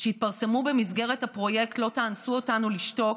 שהתפרסמו במסגרת הפרויקט "לא תאנסו אותנו לשתוק",